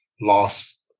loss